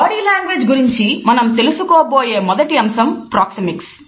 body language గురించి మనం తెలుసుకోబోయే మొదటి అంశం ప్రోక్సెమిక్స్